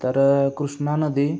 तर कृष्णा नदी